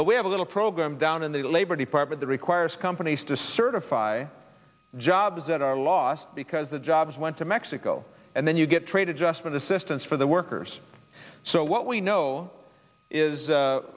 but we have a little program down in the labor department the requires companies to certify jobs that are lost because the jobs went to mexico and then you get trade adjustment assistance for the workers so what we know is